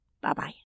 Bye-bye